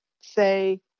say